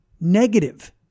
negative